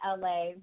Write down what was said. LA